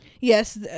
Yes